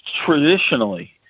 traditionally